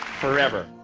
forever.